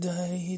Day